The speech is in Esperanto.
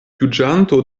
juĝanto